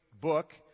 book